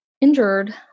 injured